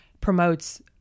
promotes